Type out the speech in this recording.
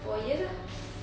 four years ah